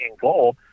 goal